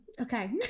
Okay